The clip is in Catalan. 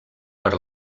per